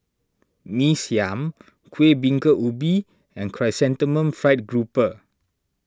Mee Siam Kuih Bingka Ubi and Chrysanthemum Fried Grouper